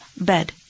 bed